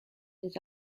des